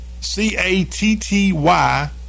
c-a-t-t-y